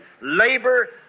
labor